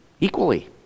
equally